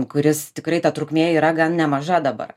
kuris tikrai ta trukmė yra gan nemaža dabar